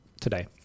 today